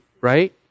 right